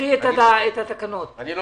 אני לא